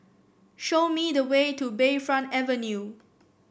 show me the way to Bayfront Avenue